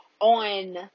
on